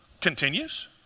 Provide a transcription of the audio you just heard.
continues